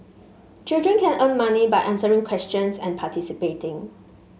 children can earn money by answering questions and participating